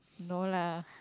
no lah